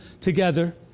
together